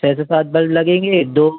छः से सात बल्ब लगेंगे दो